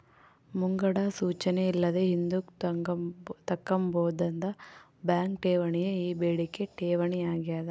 ಮುಂಗಡ ಸೂಚನೆ ಇಲ್ಲದೆ ಹಿಂದುಕ್ ತಕ್ಕಂಬೋದಾದ ಬ್ಯಾಂಕ್ ಠೇವಣಿಯೇ ಈ ಬೇಡಿಕೆ ಠೇವಣಿ ಆಗ್ಯಾದ